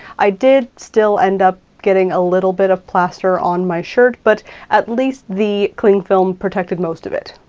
i did still end up getting a little bit of plaster on my shirt, but at least the cling film protected most of it.